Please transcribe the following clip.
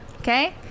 okay